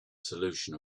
solution